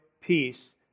peace